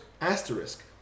Asterisk